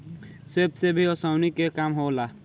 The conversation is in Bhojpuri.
सूप से भी ओसौनी के काम होला